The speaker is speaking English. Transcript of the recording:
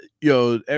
Yo